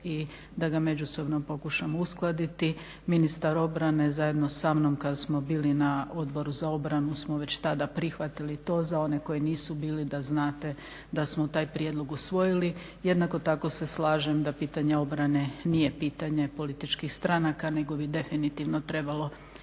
i da ga međusobno pokušamo uskladiti. Ministar obrane zajedno sa mnom kada smo bili na Odboru za obranu smo već tada prihvatili to, za one koji nisu bili da znate da smo taj prijedlog usvojili. Jednako tako se slažem da pitanje obrane nije pitanje političkih stranaka nego bi definitivno trebalo